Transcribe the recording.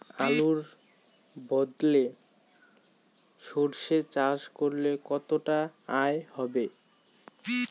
আলুর বদলে সরষে চাষ করলে কতটা আয় হবে?